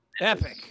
Epic